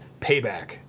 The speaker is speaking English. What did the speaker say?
Payback